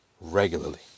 regularly